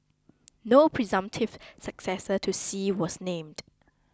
no presumptive successor to Xi was named